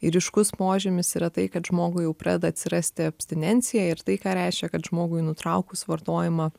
ryškus požymis yra tai kad žmogui jau pradeda atsirasti abstinencija ir tai ką reiškia kad žmogui nutraukus vartojimą